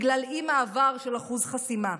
בגלל אי-מעבר של אחוז חסימה.